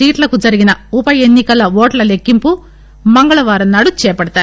సీట్లకు జరిగిన ఉప ఎన్నికల ఓట్ల లెక్కింపు మంగళవారం నాడు చేపడతారు